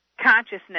consciousness